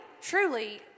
truly